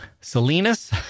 Salinas